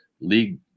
league